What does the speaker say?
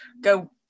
go